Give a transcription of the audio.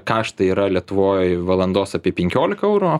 kaštai yra lietuvoj valandos apie penkioliką eurų